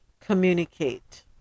Communicate